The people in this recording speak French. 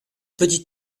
petit